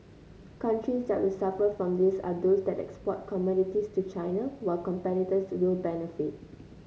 countries that will suffer from this are those that export commodities to China while competitors will benefit